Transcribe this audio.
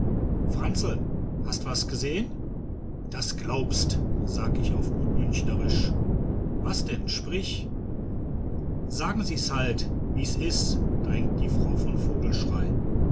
franzl hast was gesehen das glaubst sag ich auf gut münchnerisch was denn sprich sagen sie's halt wie's is drängte die frau von